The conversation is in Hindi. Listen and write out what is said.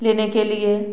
लेने के लिए